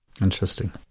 Interesting